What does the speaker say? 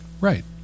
right